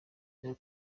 ngo